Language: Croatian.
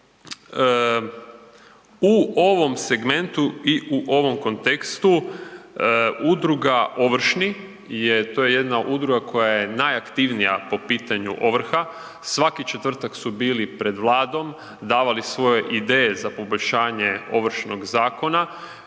U ovom segmentu i u ovom kontekstu udruga „Ovršni“ to je jedna udruga koja je najaktivnija po pitanju ovrha, svaki četvrtak su bili pred Vladom, davali svoje ideje za poboljšanje Ovršnog zakona